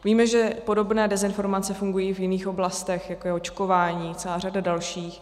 Víme, že podobné dezinformace fungují i v jiných oblastech, jako je očkování, celá řada dalších.